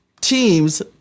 teams